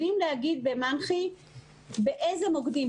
יודעים להגיד באיזה מוקדים,